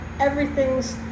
everything's